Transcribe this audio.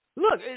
Look